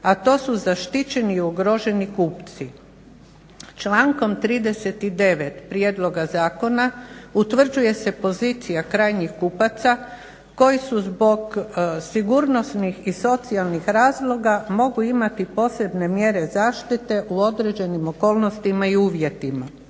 a to su zaštićeni i ugroženi kupci. Člankom 39. prijedloga zakona utvrđuje se pozicija krajnjih kupaca koji su zbog sigurnosnih i socijalnih razloga mogu imati posebne mjere zaštite u određenim okolnostima i uvjetima.